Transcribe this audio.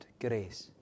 grace